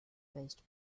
based